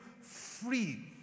free